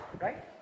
Right